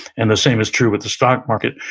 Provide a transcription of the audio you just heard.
and the same is true with the stock market,